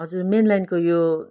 हजुर मेनलाइनको यो